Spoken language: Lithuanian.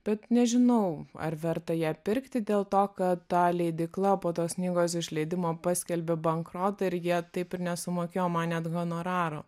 bet nežinau ar verta ją pirkti dėl to kad ta leidykla po tos knygos išleidimo paskelbė bankrotą ir jie taip ir nesumokėjo man net honoraro